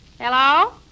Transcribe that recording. Hello